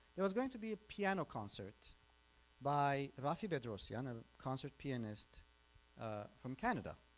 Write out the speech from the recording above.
there was going to be a piano concert by raffi bedrosian, a concert pianist from canada.